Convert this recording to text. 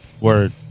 Word